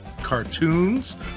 cartoons